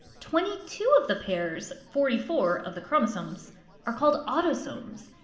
twenty two of the pairs forty four of the chromosomes are called autosomes.